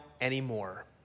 anymore